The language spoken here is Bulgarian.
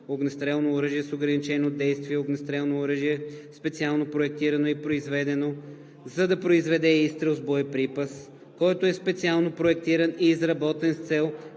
„Огнестрелно оръжие с ограничено действие“ е огнестрелно оръжие, специално проектирано и произведено, за да произведе изстрел с боеприпас, който е специално проектиран и изработен с цел